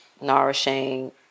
nourishing